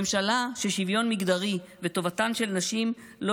ממשלה ששוויון מגדרי וטובתן של נשים לא